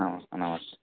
నమస్తే నమస్తే